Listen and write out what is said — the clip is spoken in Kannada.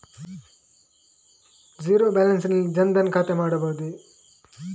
ಝೀರೋ ಬ್ಯಾಲೆನ್ಸ್ ನಲ್ಲಿ ಜನ್ ಧನ್ ಖಾತೆ ಮಾಡಬಹುದೇ?